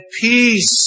peace